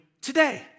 today